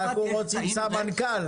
אנחנו רוצים סמנכ"ל,